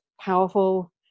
powerful